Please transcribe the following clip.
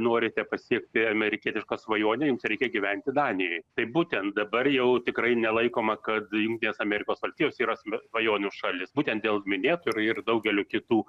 norite pasiekti amerikietišką svajonę jums reikia gyventi danijoj tai būtent dabar jau tikrai nelaikoma kad jungtinės amerikos valstijos yra s svajonių šalis būtent dėl minėtų ir ir daugelio kitų